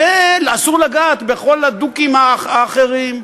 ואסור לגעת בכל הדוקים האחרים.